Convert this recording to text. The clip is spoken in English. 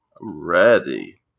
ready